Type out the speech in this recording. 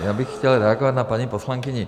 Já bych chtěl reagovat na paní poslankyni.